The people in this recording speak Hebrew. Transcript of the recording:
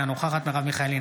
אינה נוכחת מרב מיכאלי,